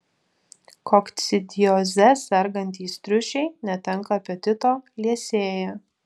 kokcidioze sergantys triušiai netenka apetito liesėja